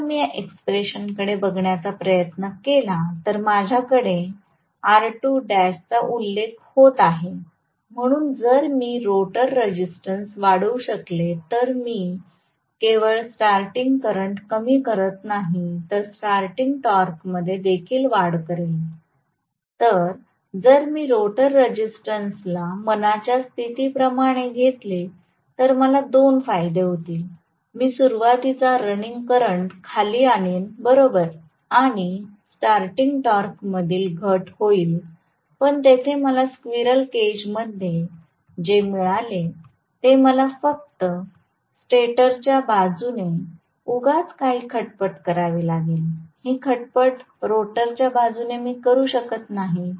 तर जर मी या एक्स्प्रेशन कडे पाहण्याचा प्रयत्न केला तर माझ्याकडे R2l चा उल्लेख होत आहे म्हणून जर मी रोटर रेसिस्टन्स वाढवू शकले तर मी केवळ स्टार्टींग करंट कमी करत नाही तर स्टार्टींग टॉर्कमध्ये देखील वाढ करेन तर जर मी रोटर रेसिस्टन्स ला मनाच्या स्थिती प्रमाणे घेतले तर मला दोन फायदे होईल मी सुरवातीचा रनिंग करंट खाली आणीन बरोबर आणि स्टार्टींग टॉर्क मधील घट होईल पण तिथे मला स्क्विरल केज मध्ये जे मिळाले ते मला फक्त स्टेटरच्या बाजूने उगाच काही खटपट करावी लागेल हि खटपट रोटरच्या बाजूने मी करू शकत नाही